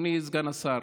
אדוני סגן השר.